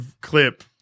clip